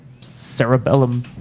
cerebellum